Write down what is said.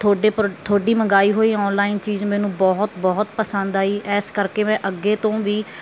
ਤੁਹਾਡੇ ਪੋ ਤੁਹਾਡੀ ਮੰਗਾਈ ਹੋਈ ਔਨਲਾਈਨ ਚੀਜ਼ ਮੈਨੂੰ ਬਹੁਤ ਬਹੁਤ ਪਸੰਦ ਆਈ ਇਸ ਕਰਕੇ ਮੈਂ ਅੱਗੇ ਤੋਂ ਵੀ